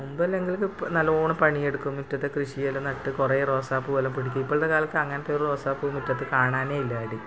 മുമ്പെല്ലാം ഇങ്ങൾ നല്ലോണം പണിയെടുക്കും മിറ്റത്ത് കൃഷി ചെയ്യൽ നട്ട് കുറെ റോസാ പൂവെല്ലാം പിടിക്കും ഇപ്പൾത്തെക്കാലത്ത് അങ്ങനത്തോരു റോസാപ്പൂ മുറ്റത്ത് കാണാനേ ഇല്ല ആരും